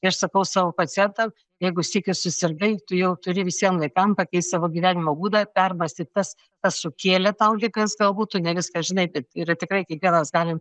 ir aš sakau savo pacientam jeigu sykį susirgai tu jau turi visiem laikam pakeist savo gyvenimo būdą permąstyt tas kas sukėlė tau ligas galbūt tu ne viską žinai bet yra tikrai kiekvienas gali